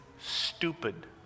stupid